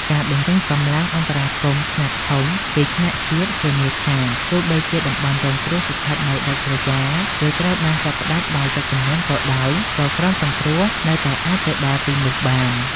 ការបញ្ចេញកម្លាំងអន្តរាគមន៍ខ្នាតធំពីថ្នាក់ជាតិ ធានាថាទោះបីជាតំបន់រងគ្រោះស្ថិតនៅដាច់ស្រយាល ឬត្រូវបានកាត់ផ្ដាច់ដោយទឹកជំនន់ក៏ដោយ ក៏ក្រុមសង្គ្រោះនៅតែអាចទៅដល់ទីនោះបាន។